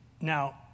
now